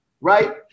right